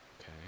okay